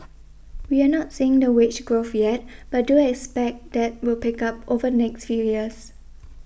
we're not seeing the wage growth yet but do expect that will pick up over next few years